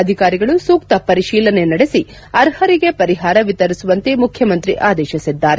ಅಧಿಕಾರಿಗಳು ಸೂಕ್ತ ಪರಿಶೀಲನೆ ನಡೆಸಿ ಅರ್ಹರಿಗೆ ಪರಿಹಾರ ವಿತರಿಸುವಂತೆ ಮುಖ್ಯಮಂತ್ರಿ ಆದೇಶಿಸಿದ್ದಾರೆ